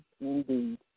indeed